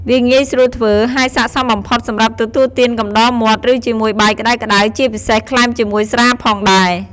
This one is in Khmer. វាងាយស្រួលធ្វើ ហើយស័ក្តិសមបំផុតសម្រាប់ទទួលទានកំដរមាត់ ឬជាមួយបាយក្ដៅៗ ជាពិសេសក្លែមជាមួយស្រាផងដែរ។